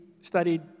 studied